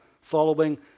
following